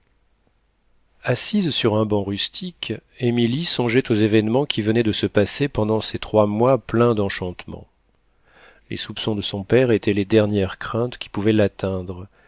assise sur un banc rustique émilie songeait aux événements qui venaient de se passer pendant ces trois mois pleins d'enchantements les soupçons de son père étaient les dernières craintes qui pouvaient l'atteindre